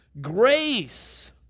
grace